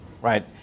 right